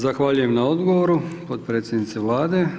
Zahvaljujem na odgovoru potpredsjednice Vlade.